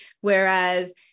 Whereas